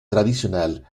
tradicional